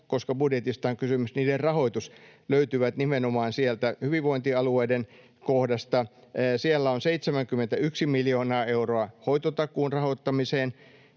koska budjetista on kysymys, niiden rahoitus — löytyvät nimenomaan sieltä hyvinvointialueiden kohdasta. Siellä on 71 miljoonaa euroa hoitotakuun rahoittamiseen,